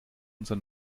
unser